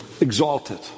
exalted